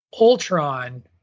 Ultron